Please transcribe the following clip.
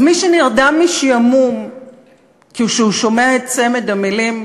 אז מי שנרדם משעמום כשהוא שומע את המילים